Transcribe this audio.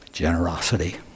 Generosity